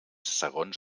segons